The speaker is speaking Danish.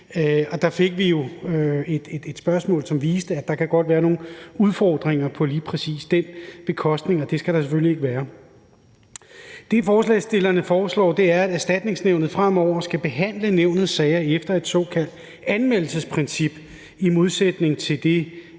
der fik vi jo et spørgsmål, som viste, at der godt kan være nogle udfordringer på lige præcis den bekostning, og det skal der selvfølgelig ikke være. Det, forslagsstillerne foreslår, er, at Erstatningsnævnet fremover skal behandle nævnets sager efter et såkaldt anmeldelsesprincip i modsætning til det